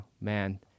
man